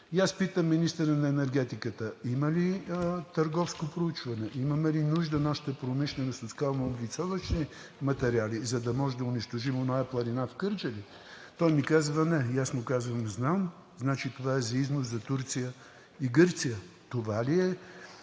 аз питам министъра на енергетиката: „Има ли търговско проучване, има ли нужда нашата промишленост от скално-облицовъчни материали, за да може да унищожим онази планина в Кърджали?“ Той ми казва: „Не!“ И аз му казвам: „Знам. Значи, това е за износ за Турция и Гърция...“ Това ли е